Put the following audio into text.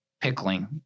pickling